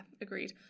agreed